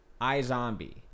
iZombie